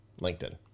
LinkedIn